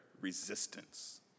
resistance